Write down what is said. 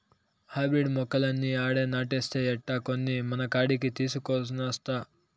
hybrid మొక్కలన్నీ ఆడే నాటేస్తే ఎట్టా, కొన్ని మనకాడికి తీసికొనొస్తా